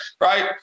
right